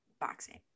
boxing